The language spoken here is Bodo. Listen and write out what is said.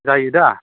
जायो दा